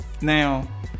Now